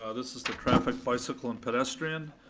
ah this is the traffic, bicycle and pedestrian.